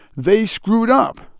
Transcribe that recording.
they screwed up?